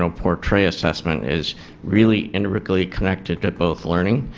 so portray assessment is really integrally connected to both learning,